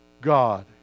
God